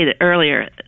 earlier